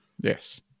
Yes